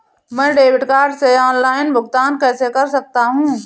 मैं debit card से online भुगतान कैसे कर सकता हूँ?